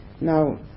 now